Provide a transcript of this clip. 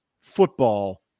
football